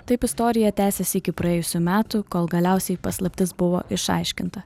taip istorija tęsėsi iki praėjusių metų kol galiausiai paslaptis buvo išaiškinta